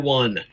one